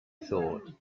thought